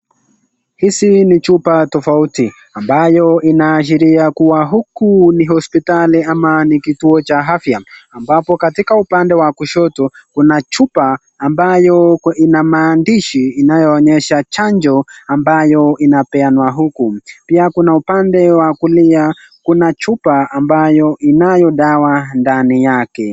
Hizi ni chupa tofauti ambayo inaashilia kuwa huku ni hospitali au kituo cha afya ambako katika upande wa kushoto kuna chupa ambayo ina maandishi inayoonyesha chanjo inayopeanwa huku. Pia upande wa kulia kuna chupa ambayo ina dawa ndani yake.